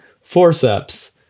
forceps